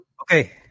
Okay